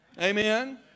Amen